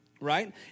right